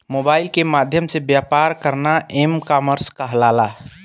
mobile के माध्यम से व्यापार करना एम कॉमर्स कहलाला